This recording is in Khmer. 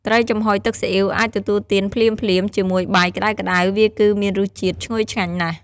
ត្រីចំហុយទឹកស៊ីអ៊ីវ អាចទទួលទានភ្លាមៗ ជាមួយបាយក្តៅៗ វាគឺមានរសជាតិឈ្ងុយឆ្ងាញ់ណាស់។